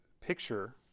picture